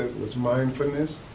was mindfulness.